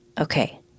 okay—